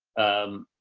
um,